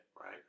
Right